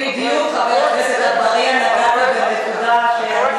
בדיוק, חבר הכנסת אגבאריה, נגעת בנקודה שאני